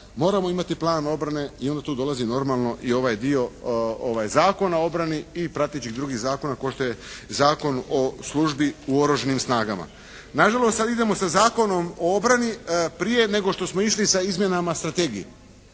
Moramo imati plan obrane i onda tu dolazi normalno i ovaj dio Zakona o obrani i pratećih drugih zakona kao što je Zakon o službi u Oružanim snagama. Na žalost sada idemo sa Zakonom o obrani prije nego što smo išli sa izmjenama strategije.